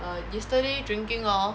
err yesterday drinking hor